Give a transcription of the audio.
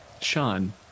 Sean